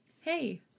Hey